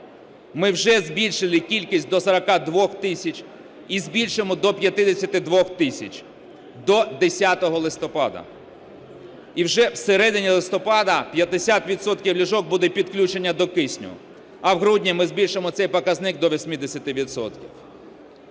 Ми вже збільшили кількість до 42 тисяч, і збільшимо до 52 тисяч до 10 листопада. І вже з середини листопада 50 відсотків ліжок будуть підключені до кисню, а в грудні ми збільшимо цей показник до 80